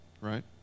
right